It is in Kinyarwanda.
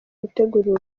gutegurira